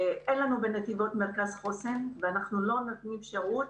בנתיבות אין מרכז חוסן ואנחנו לא נותנים שירות